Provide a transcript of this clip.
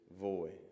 voice